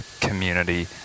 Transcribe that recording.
community